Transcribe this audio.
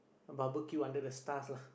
barbecue under the stars lah